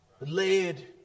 lead